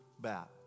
bat